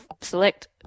select